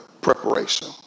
preparation